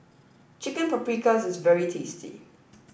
Chicken Paprikas is very tasty